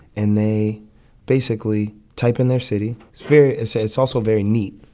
and they basically type in their city. it's very it's it's also very neat.